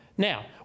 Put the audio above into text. Now